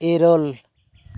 ᱤᱨᱟᱹᱞ